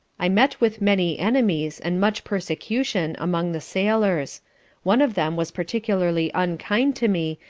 i met with many enemies, and much persecution, among the sailors one of them was particularly unkind to me,